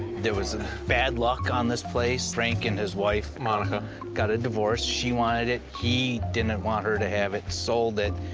there was some bad luck on this place, frank and his wife monica got a divorce. she wanted it, he didn't want her to have it. sold it.